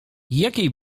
jakiej